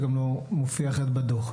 זה גם לא מופיע אחרת בדוח.